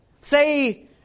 Say